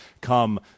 come